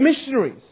missionaries